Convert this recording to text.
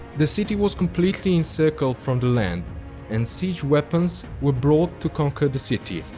the city was completely encircled from the land and siege weapons were brought to conquer the city.